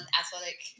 athletic